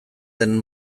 den